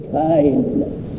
kindness